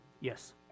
Yes